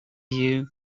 you